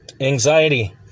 Anxiety